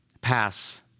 pass